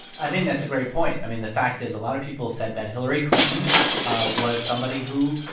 i think that's a great point. i mean, the fact is a lot of people said that hillary clinton was somebody who,